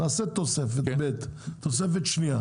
נעשה תוספת שנייה.